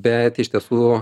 bet iš tiesų